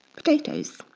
potatoes.